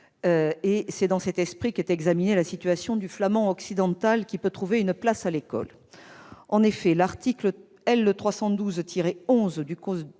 C'est dans cet esprit qu'est examinée la situation du flamand occidental, qui peut trouver une place à l'école. En effet, l'article L. 312-11 du code